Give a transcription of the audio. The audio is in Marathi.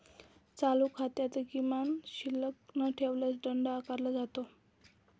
चालू खात्यात किमान शिल्लक न ठेवल्यास दंड आकारला जातो